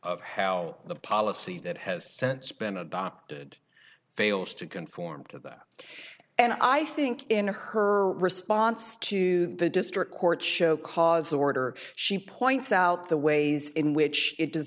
of how the policy that has since been adopted fails to conform to that and i think in her response to the district court show cause order she points out the ways in which it does